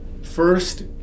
First